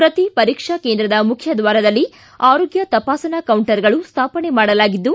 ಪ್ರತಿ ಪರೀಕ್ಷಾ ಕೇಂದ್ರದ ಮುಖ್ಯ ದ್ವಾರದಲ್ಲಿ ಆರೋಗ್ಯ ತಪಾಸಣಾ ಕೌಂಟರ್ಗಳು ಸ್ಮಾಪನೆ ಮಾಡಲಾಗಿದ್ದು